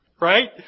Right